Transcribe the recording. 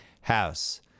House